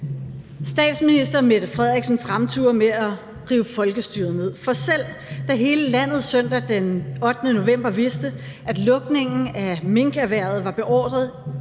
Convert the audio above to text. Statsminister Mette Frederiksen fremturer med at rive folkestyret ned. For selv da hele landet søndag den 8. november vidste, at lukningen af minkerhvervet var beordret